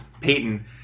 Peyton